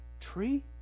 tree